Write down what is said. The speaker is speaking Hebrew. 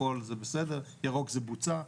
ירוק זה בוצע.